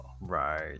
right